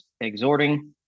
exhorting